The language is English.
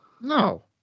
No